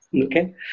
Okay